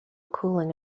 cooling